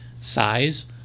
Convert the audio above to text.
size